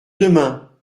demain